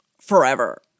forever